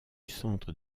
centre